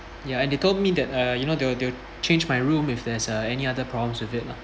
ya and they told me that uh you know they'll they'll change my room if there's uh any other problems with it lah